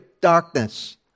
darkness